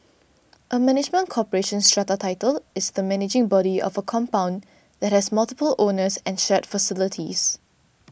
a management corporation strata title is the managing body of a compound that has multiple owners and shared facilities